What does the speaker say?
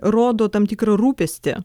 rodo tam tikrą rūpestį